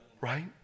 right